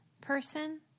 person